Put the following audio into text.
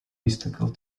mystical